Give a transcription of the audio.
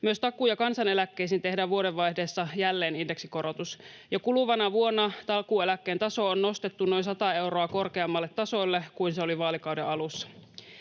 Myös takuu- ja kansaneläkkeisiin tehdään vuodenvaihteessa jälleen indeksikorotus. Jo kuluvana vuonna takuueläkkeen taso on nostettu noin sata euroa korkeammalle tasolle kuin se oli vaalikauden alussa.